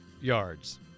yards